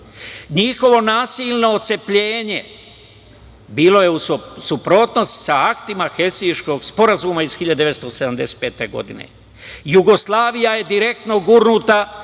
„Njihovo nasilno otcepljenje bilo je u suprotnosti sa aktima Helsingškog sporazuma iz 1975. godine. Jugoslavija je direktno gurnuta